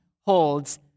holds